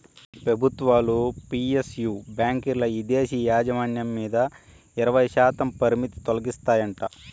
పెబుత్వాలు పి.ఎస్.యు బాంకీల్ల ఇదేశీ యాజమాన్యం మీద ఇరవైశాతం పరిమితి తొలగిస్తాయంట